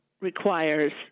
requires